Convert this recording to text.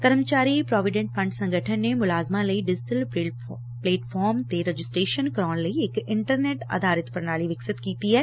ਕਰਮਚਾਰੀਆਂ ਦੇ provident fund ਸੰਗਠਨ ਨੇ ਮੁਲਾਜ਼ਮਾਂ ਲਈ ਡਿਜੀਟਲ ਪਲੇਟਫਾਰਮ ਤੇ ਰਜਿਸਟਰੇਸ਼ਨ ਕਰਾਉਣ ਲਈ ਇਕ ਇੰਟਰਨੈਂਟ ਆਧਾਰਿਤ ਪ੍ਰਣਾਲੀ ਵਿਕਸਿਤ ਕੀਤੀ ਐ